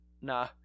Nah